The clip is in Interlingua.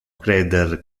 creder